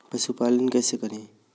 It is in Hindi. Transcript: पशुपालन कैसे करें?